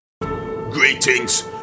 Greetings